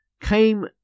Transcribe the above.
came